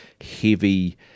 heavy